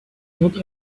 not